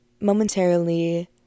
momentarily